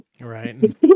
right